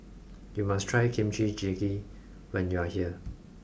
you must try Kimchi jjigae when you are here